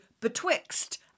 BETWIXT